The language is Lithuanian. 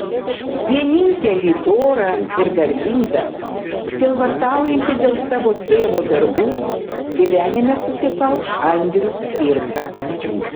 vienintelį dorą ir garbingą sielvartaujantį dėl savo tėvo darbų gyvenime sutikau andrių cvirką